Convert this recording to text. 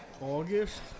August